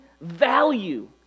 value